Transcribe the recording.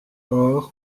hors